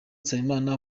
nsabimana